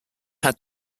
had